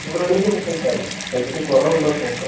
നിങ്ങൾ ഒരു ദിവസം കഴിച്ചാൽ മതി കഴിച്ചിട്ട് കുറവുണ്ടോ എന്ന് നോക്ക